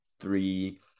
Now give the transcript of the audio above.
three